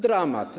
Dramat.